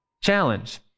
challenge